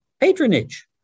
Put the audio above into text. patronage